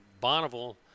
Bonneville